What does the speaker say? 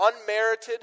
unmerited